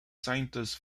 scientists